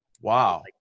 Wow